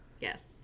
yes